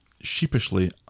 sheepishly